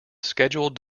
scheduled